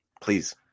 Please